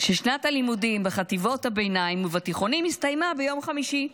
ששנת הלימודים בחטיבות הביניים ובתיכונים הסתיימה ביום חמישי.